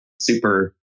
super